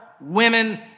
women